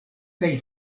kaj